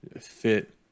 fit